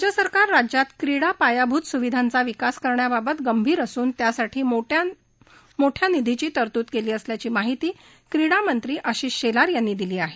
राज्य सरकार राज्यात क्रीडा पायाभूत सुविधांचा विकास करण्याबाबत गंभीर असून यासाठी मोठ्या निधीची तरतूद केली असल्याची माहिती क्रीडा मंत्री आशीष शेलार यांनी दिली आहे